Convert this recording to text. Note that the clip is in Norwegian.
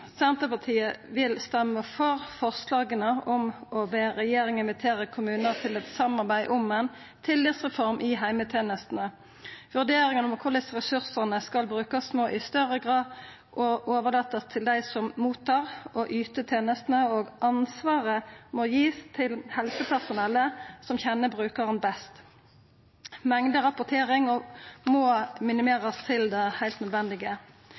Senterpartiet vil stemma for forslaga om å be regjeringa invitera kommunar til eit samarbeid om ei tillitsreform i heimetenestene. Vurderingane av korleis ressursane skal brukast, må i større grad overlatast til dei som får og yter tenestene, og ein må gi ansvaret til det helsepersonellet som kjenner brukaren best. Mengderapportering må minimerast til det heilt nødvendige.